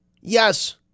Yes